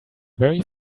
very